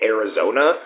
Arizona